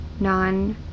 non